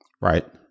Right